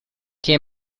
che